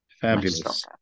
Fabulous